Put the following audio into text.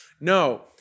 No